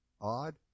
odd